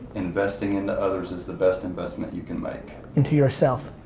investing into others is the best investment you can make. into yourself.